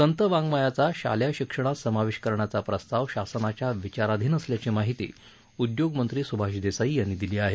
संत वाड्मयाचा शालेय शिक्षणात समावेश करण्याचा प्रस्ताव शासनाच्या विचाराधीन असल्याची माहिती उद्योगमंत्री सुभाष देसाई यांनी दिली आहे